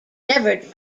never